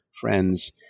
friends